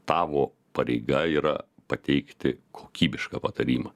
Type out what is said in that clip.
tavo pareiga yra pateikti kokybišką patarimą